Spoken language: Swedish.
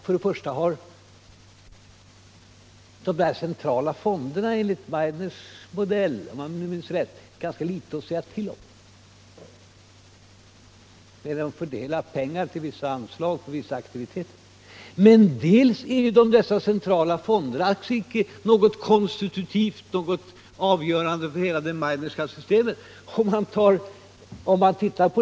För det första har de centrala fonderna enligt Meidners modell, om jag nu minns rätt, ganska litet att säga till om — de fördelar i stort sett bara anslag till vissa aktiviteter. För det andra är dessa fonder alls inte något konstitutivt, något avgörande för hela det Meidnerska systemet.